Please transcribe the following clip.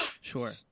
Sure